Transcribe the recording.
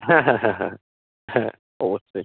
হ্যাঁ হ্যাঁ হ্যাঁ হ্যাঁ হ্যাঁ অবশ্যই